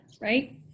right